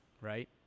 right